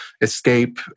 escape